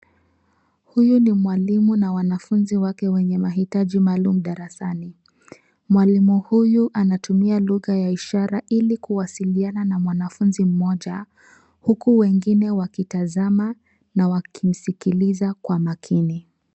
Huyu ni mwalimu na wanafunzi wake wenye mahitaji maalum darasani. Mwalimu huyu anatumia lugha ya ishara ili kuwasiliana na mwanafunzi mmoja, huku wengine wakitazama na wakimskiliza kwa makini.